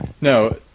No